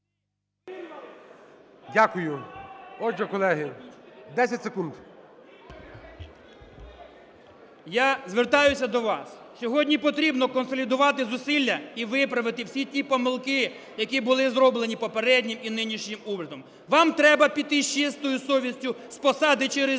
Дякую. Отже, колеги, 10 секунд. КАПЛІН С.М. Я звертаюся до вас. Сьогодні потрібно консолідувати зусилля і виправити всі ті помилки, які були зроблені попереднім і нинішнім урядом. Вам треба піти з чистою совістю з посади через рік